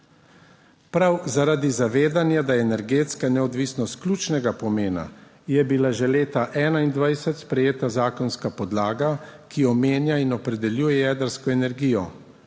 Prav zaradi zavedanja, da je energetska neodvisnost ključnega pomena, je bila že leta 2021 sprejeta zakonska podlaga, ki omenja in opredeljuje jedrsko energijo.